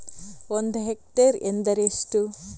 ಒಂದು ಹೆಕ್ಟೇರ್ ಎಂದರೆ ಎಷ್ಟು?